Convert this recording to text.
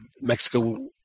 Mexico